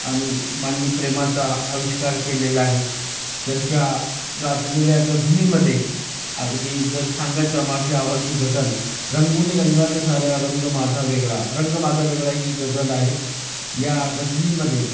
आणि मानवी प्रेमाचा आविष्कार केलेला आहे त्यांच्या गाजलेल्या गझलीमध्ये अगदी जर सांगायचं माझी आवडती गझल रंगुनी रंगाात साऱ्या रंग माझा वेगळा रंग माझा वेगळा ही गजल आहे या गझलीमध्ये